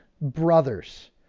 brothers